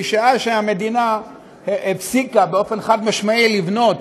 שמשעה שהמדינה הפסיקה באופן חד-משמעי לבנות